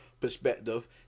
perspective